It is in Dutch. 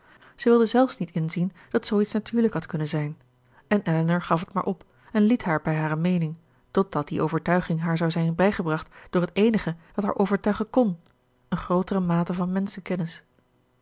zij wilde zelfs niet inzien dat zooiets natuurlijk had kunnen zijn en elinor gaf het maar op en liet haar bij hare meening totdat die overtuiging haar zou zijn bijgebracht door het eenige dat haar overtuigen kn eene grootere mate van